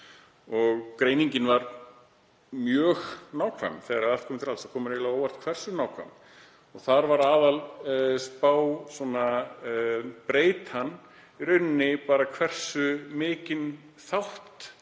Greiningin var mjög nákvæm þegar allt kom til alls. Það kom mér eiginlega á óvart hversu nákvæm hún var. Þar var aðalspábreytan í rauninni bara hversu mikinn þátt